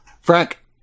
Frank